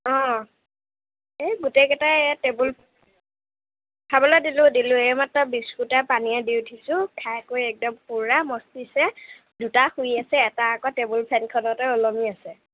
অঁ এই গোটেই কেইটাই এই টেবুল খাবলৈ দিলোঁ দিলোঁ এইমাত্ৰ বিস্কুটে পানীয়ে দি উঠিছোঁ খাই বৈ একদম পূৰা মস্তিছে দুটা শুই আছে এটা আকৌ টেবুল ফেনখনতে ওলমি আছে